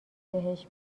بهش